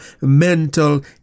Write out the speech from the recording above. mental